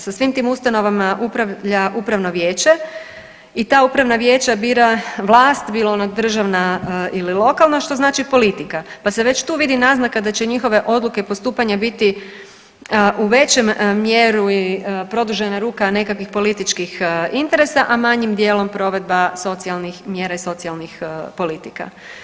Sa svim tim ustanovama upravlja upravno vijeće i ta upravna vijeća bira vlast bila ona državna ili lokalna, što znači politika, pa se već tu vidi naznaka da će njihove odluke i postupanja biti u većoj mjeri produžena ruka nekakvih političkih interesa, a manjim dijelom provedba socijalnih mjera i socijalnih politika.